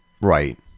right